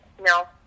No